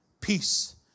peace